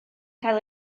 cael